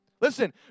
Listen